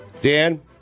Dan